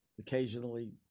occasionally